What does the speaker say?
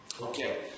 Okay